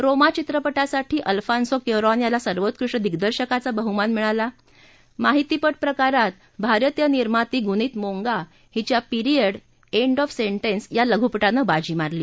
रोमा चित्रपटासाठी Alfonso Cuaron याला सर्वोत्कृष्ट दिग्दर्शकाचा हा बहुमान मिळाला माहिती पट प्रकारात भारतीय निर्माती गुनित मोंगा हिच्या पीरिअड एन्ड ऑफ सेंटेन्स या लघुपटानं बाजी मारली